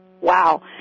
Wow